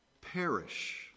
perish